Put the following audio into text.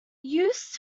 used